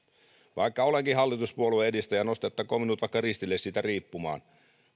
vaikka olenkin hallituspuolueen edustaja nostettakoon minut vaikka ristille siitä riippumaan